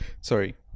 Sorry